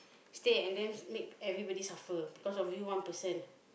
stay and then make everybody suffer because of you one person